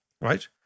right